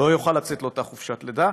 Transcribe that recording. לא יוכל לצאת לאותה חופשת לידה,